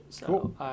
Cool